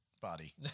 body